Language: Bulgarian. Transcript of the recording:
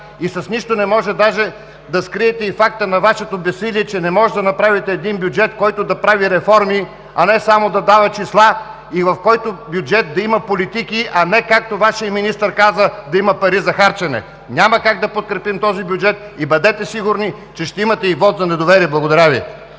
и с нищо не може даже да скриете и факта на Вашето безсилие, че не можете да направите един бюджет, който да прави реформи, а не само да дава числа и в който бюджет да има политики, а не както Вашият министър каза: „да има пари за харчене“. Няма как да подкрепим този бюджет и бъдете сигурни, че ще имате и вот на недоверие! Благодаря Ви.